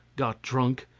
got drunk,